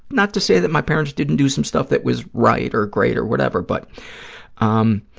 not to say that my parents didn't do some stuff that was right or great or whatever, but um